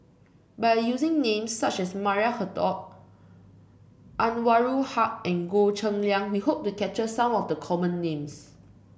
by using names such as Maria Hertogh Anwarul Haque and Goh Cheng Liang we hope to capture some of the common names